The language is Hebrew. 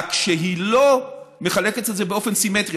רק שהיא לא מחלקת את זה באופן סימטרי.